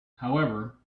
however